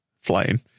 flying